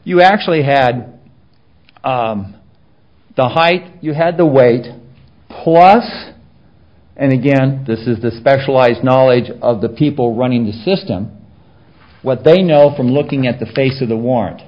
you actually had at the height you had the weight loss and again this is the specialized knowledge of the people running the system what they know from looking at the face of the warran